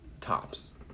tops